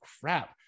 crap